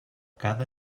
cada